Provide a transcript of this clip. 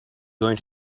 going